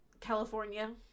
California